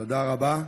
תודה רבה.